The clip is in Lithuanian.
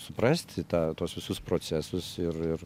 suprasti tą tuos visus procesus ir ir